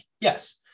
Yes